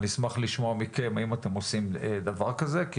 אשמח לשמוע מכם האם אתם עושים דבר כזה כי